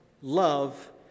love